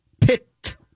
Pit